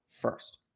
first